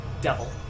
devil